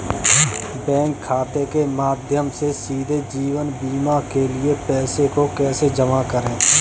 Bank खाते के माध्यम से सीधे जीवन बीमा के लिए पैसे को कैसे जमा करें?